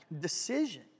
decision